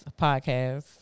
podcast